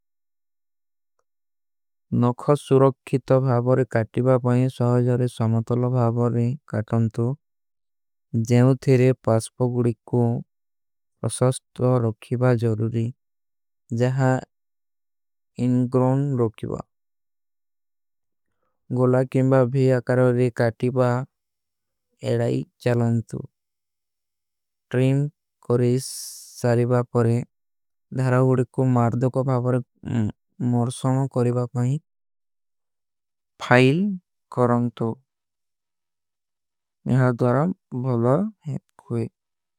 ନକ୍ଖୋ ସୁରୋଖ କିତୋ ସ୍ମାଲ୍ଟୋ ଭରୁ ବେ କାଈ କାମତୁ ଜ୍ଯୂ ତେରେ। ପାସ ପେ ତେ କୂ ଅସହତ୍ରା ଜରୁରୀ ଝା ଇଂଗ୍ରୋଵ ଲ୍ଯୂକ ଆ ଗୋଲା। କିମ୍ବା ଭୀ ଏକର ହା ଏକହାତୀ ହା ଏଦୈ ଚଲଂତୁ ଟ୍ରିମ। କୃଷା ମେଂ ଧର୍ମକୁ ଡୁ ମାର ମୋର୍ସୋ କ୍ରୁବା ପାଈ। ଫାଇଲ କ୍ରାଂତୋ ଯହା ଭାଲା ଜରନ ହୋଯେ।